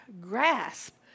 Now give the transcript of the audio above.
grasp